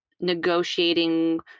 negotiating